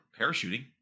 parachuting